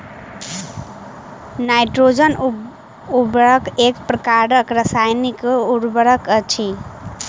nitrogen उर्वरक एक प्रकारक रासायनिक उर्वरक अछि